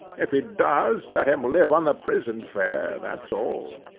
if he does, let him live on the prison fare, that's all.